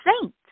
saint